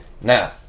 Now